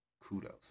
kudos